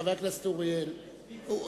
חבר הכנסת אורי אריאל,